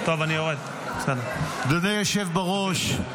אדוני היושב בראש,